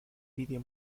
vídeo